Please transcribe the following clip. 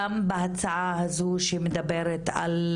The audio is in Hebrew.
גם בהצעה הזו שמדברת על